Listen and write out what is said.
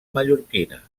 mallorquina